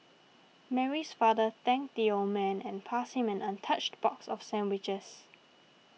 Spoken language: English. Mary's father thanked the old man and passed him an untouched box of sandwiches